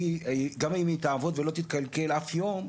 גם אם היא תעבוד ולא תתקלקל אף יום,